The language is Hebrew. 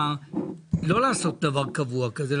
לא לעשות דבר קבוע כזה,